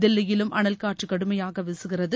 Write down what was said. தில்லியிலும் அனல் காற்று கடுமையாக வீசுகிறது